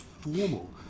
formal